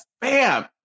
Bam